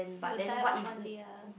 it will die off one day ah